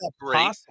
great